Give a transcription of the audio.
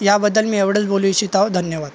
याबद्दल मी एवढंच बोलू इच्छित आओ धन्यवाद